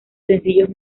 sencillos